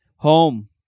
Home